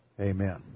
amen